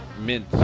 mint